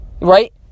right